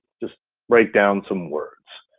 just write down some words.